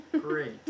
great